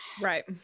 right